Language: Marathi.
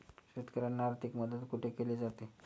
शेतकऱ्यांना आर्थिक मदत कुठे केली जाते?